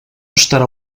estarà